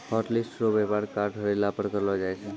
hotlist रो वेवहार card हेरैला पर करलो जाय छै